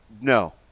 No